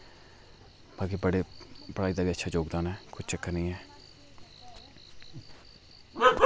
अग्गे बड़े पढ़ाई दा बी अच्छा जोगदान ऐ कोई चक्कर निं ऐ